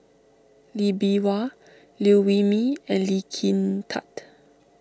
Lee Bee Wah Liew Wee Mee and Lee Kin Tat